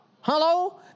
Hello